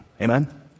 Amen